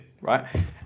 right